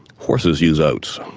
horses use oats,